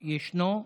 ישנו.